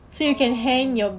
oh